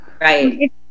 Right